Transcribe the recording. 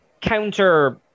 counter